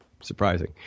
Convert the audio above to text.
Surprising